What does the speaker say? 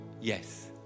Yes